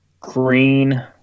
green